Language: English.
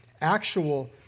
actual